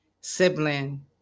Sibling